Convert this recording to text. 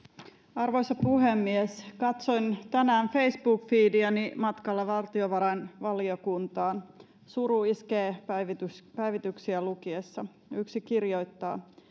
arvoisa puhemies katsoin tänään facebook feediäni matkalla valtiovarainvaliokuntaan suru iskee päivityksiä päivityksiä lukiessa yksi kirjoittaa